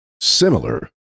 similar